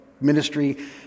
ministry